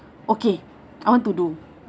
okay I want to do